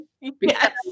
yes